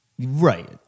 Right